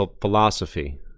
philosophy